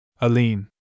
Aline